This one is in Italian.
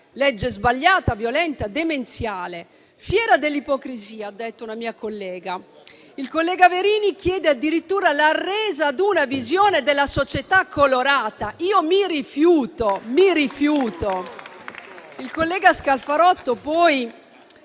legge sbagliata, violenta, demenziale; fiera dell'ipocrisia, ha detto una mia collega. Il collega Verini chiede addirittura la resa ad una visione della società colorata. Io mi rifiuto. Il collega Scalfarotto poi,